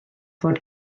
fod